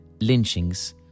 lynchings